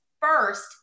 first